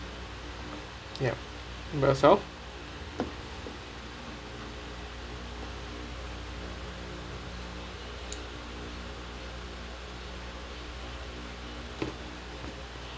yup yourself